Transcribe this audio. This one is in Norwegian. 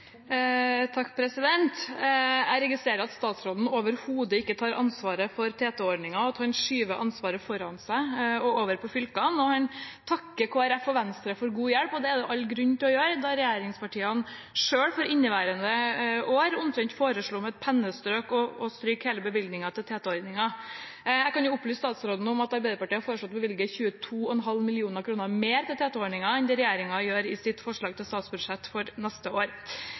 Jeg registrerer at statsråden overhodet ikke tar ansvaret for TT-ordningen, og at han skyver ansvaret foran seg og over på fylkene. Han takker Kristelig Folkeparti og Venstre for god hjelp, og det er det all grunn til å gjøre, da regjeringspartiene selv for inneværende år foreslo omtrent med et pennestrøk å stryke hele bevilgningen til TT-ordningen. Jeg kan opplyse statsråden om at Arbeiderpartiet har foreslått å bevilge 22,5 mill. kr mer til TT-ordningen enn regjeringen gjør i sitt forslag til statsbudsjett for neste år.